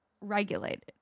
regulated